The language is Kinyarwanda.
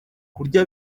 kurya